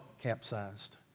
capsized